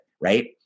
right